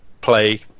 Play